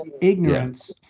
ignorance